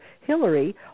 Hillary